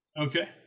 Okay